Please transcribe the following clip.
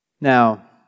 Now